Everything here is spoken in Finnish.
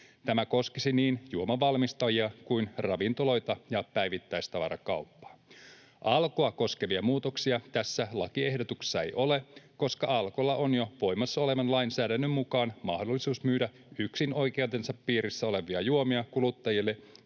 Tämä koskisi niin juomavalmistajia kuin ravintoloita ja päivittäistavarakauppaa. Alkoa koskevia muutoksia tässä lakiehdotuksessa ei ole, koska Alkolla on jo voimassa olevan lainsäädännön mukaan mahdollisuus myydä yksinoikeutensa piirissä olevia juomia kuluttajille